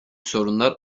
sorunlar